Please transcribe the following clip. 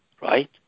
right